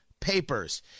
papers